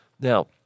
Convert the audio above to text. Now